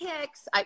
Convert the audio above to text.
kicks